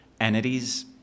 entities